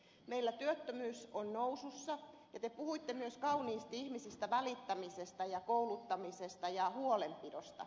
meillä työttömyys on nousussa ja te puhuitte myös kauniisti ihmisistä välittämisestä ja kouluttamisesta ja huolenpidosta